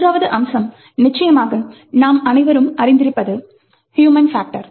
மூன்றாவது அம்சம் நிச்சயமாக நாம் அனைவரும் அறிந்திருப்பது ஹியூமன் பாக்டர்